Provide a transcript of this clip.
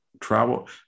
travel